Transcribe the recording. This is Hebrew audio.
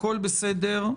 הכול בסדר.